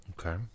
Okay